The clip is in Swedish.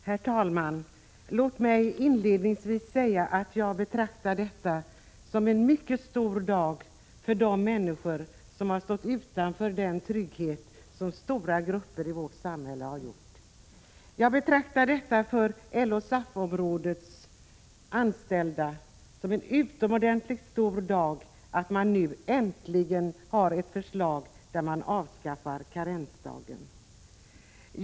Herr talman! Låt mig inledningsvis säga att jag betraktar detta som en mycket stor dag för de människor som stått utanför den trygghet de övriga haft. Jag betraktar det som en utomordentligt stor framgång för stora grupper i vårt samhälle — LO-SAF-områdets anställda — att det nu äntligen föreligger ett förslag om avskaffande av karensdagen.